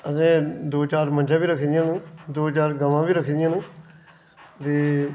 असें दो चार मंझां बी रक्खी दियां हैन दो चार गवां बी रक्खी दियां हैन ते